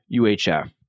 UHF